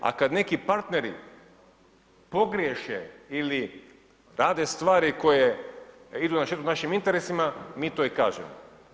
A kad neki partneri pogriješe ili rade stvari koje idu na štetu našim interesima, mi to i kažemo.